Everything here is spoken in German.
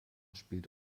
spielt